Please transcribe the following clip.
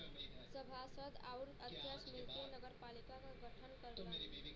सभासद आउर अध्यक्ष मिलके नगरपालिका क गठन करलन